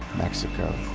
mexico?